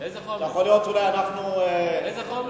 יכול להיות שאולי אנחנו, איזה חומש?